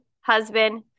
husband